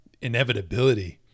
Inevitability